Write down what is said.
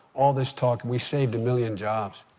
all this talk we saved a million jobs.